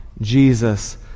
Jesus